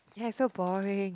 ya it's so boring